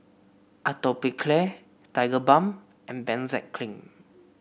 Atopiclair Tigerbalm and Benzac Cream